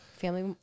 family